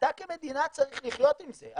אתה כמדינה צריך לחיות עם זה,